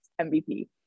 mvp